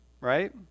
right